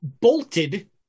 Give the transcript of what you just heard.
bolted